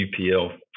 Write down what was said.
UPL